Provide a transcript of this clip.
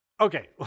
Okay